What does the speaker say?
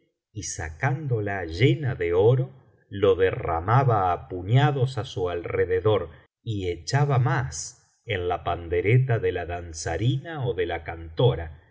y sacándola llena de oro lo derramaba á puñados á su alrededor y echaba más en la pandereta de la danzarina ó de la cantora